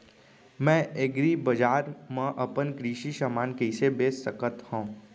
मैं एग्रीबजार मा अपन कृषि समान कइसे बेच सकत हव?